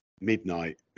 midnight